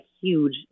huge